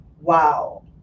wow